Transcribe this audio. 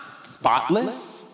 spotless